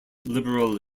liberal